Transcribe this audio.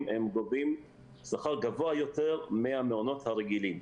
הם גובים שכר גבוה יותר מהמעונות הרגילים.